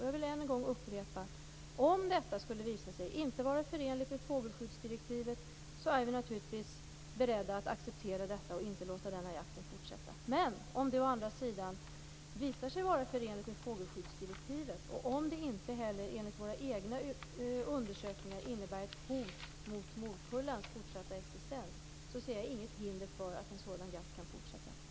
Jag vill än en gång upprepa att om detta skulle visa sig inte vara förenligt med fågelskyddsdirektivet är vi naturligtvis beredda att acceptera detta och inte låta jakten fortsätta. Om det å andra sidan visar sig vara förenligt med fågelskyddsdirektivet och om det inte heller enligt våra egna undersökningar innebär ett hot mot morkullans fortsatta existens ser jag inget hinder för att en sådan jakt kan fortsätta.